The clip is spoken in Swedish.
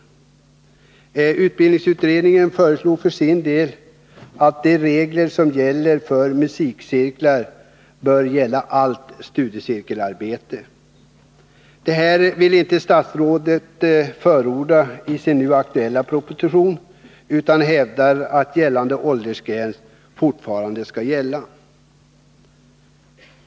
Folkbildningsutredningen föreslog för sin del att de regler som gäller för musikcirklar skall gälla allt studiecirkelarbete. Något sådant har statsrådet inte velat förorda i sin nu aktuella proposition, utan han hävdar att nuvarande åldersgräns fortfarande skall gälla.